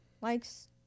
likes